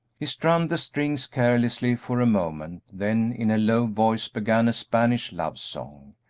he strummed the strings carelessly for a moment, then, in a low voice, began a spanish love-song.